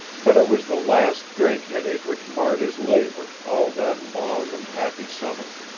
but it was the last drink headache which marred his labor, all that long and happy summer.